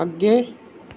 ਅੱਗੇ